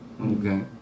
Okay